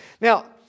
Now